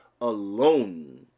alone